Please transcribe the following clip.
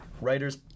Writers